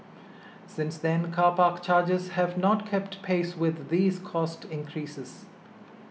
since then car park charges have not kept pace with these cost increases